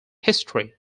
history